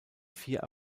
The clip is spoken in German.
vier